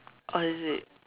oh is it